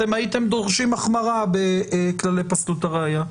אתם הייתם דורשים החמרה בכללי פסלות הראיה.